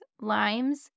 limes